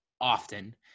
often